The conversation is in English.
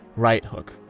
right hook.